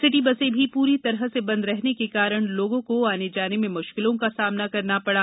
city बसे भी पूरी तरह से बंद रहने के कारण लोगों को आने जाने में मुश्किलों का सामना करना पड़ा